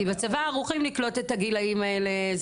כי בצבא ערוכים לקלוט את הגילאים האלה,